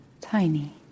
tiny